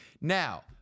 Now